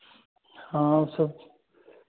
हाँ वह सब